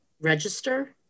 Register